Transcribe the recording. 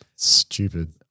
Stupid